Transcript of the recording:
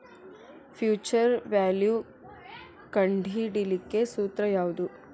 Future value ಕಂಢಿಡಿಲಿಕ್ಕೆ ಸೂತ್ರ ಯಾವ್ದು?